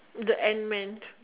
the Ant Man